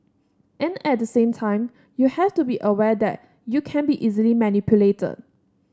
and at the same time you have to be aware that you can be easily manipulated